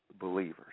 believers